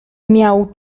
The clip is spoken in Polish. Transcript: miał